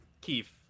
Keith